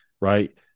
right